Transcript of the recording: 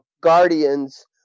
guardians